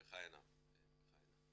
וכהנה וכהנה.